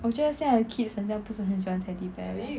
我觉得现在的 kids 很像不是很喜欢 teddy bear leh